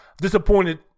Disappointed